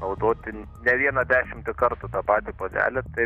naudotini ne vieną dešimtį kartų tą patį puodelį tai